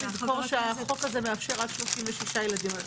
צריך לזכור שהחוק הזה מאפשר עד 36 ילדים.